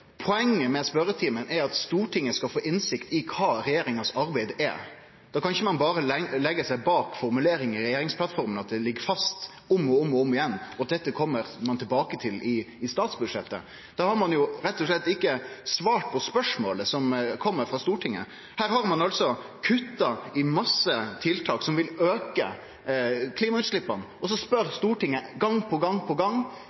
Poenget med spørjetimen er at Stortinget skal få innsikt i kva som er arbeidet til regjeringa. Da kan ein ikkje berre leggje seg bak formuleringar i regjeringsplattforma om at dette ligg fast, om og om igjen, og at dette kjem ein tilbake til i statsbudsjettet. Da har ein jo rett og slett ikkje svart på spørsmålet som kjem frå Stortinget. Her har ein kutta i mange tiltak, noko som vil føre til auke av klimagassutsleppa. Så spør Stortinget klimaministeren gong på